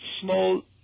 small